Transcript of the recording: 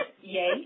Yay